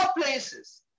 places